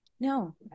No